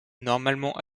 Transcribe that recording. normalement